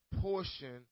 portion